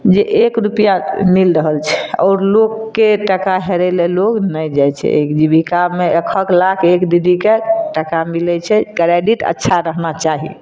जे एक रूपैआ के मिल रहल छै आ आओर लोककेँ टका हेरै लऽ लोग नहि जाइ छै अय जीबिकामे एक एक लाख एक दीदीके टका मिलैत छै क्रेडिट अच्छा रहना चाही